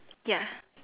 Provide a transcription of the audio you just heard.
ya